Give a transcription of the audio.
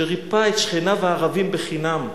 שריפא את שכניו הערבים חינם,